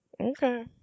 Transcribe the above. okay